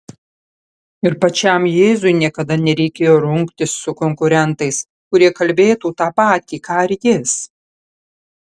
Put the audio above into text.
ir pačiam jėzui niekada nereikėjo rungtis su konkurentais kurie kalbėtų tą patį ką ir jis